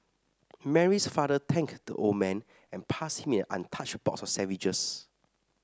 Mary's father thanked the old man and passed him an untouched box of sandwiches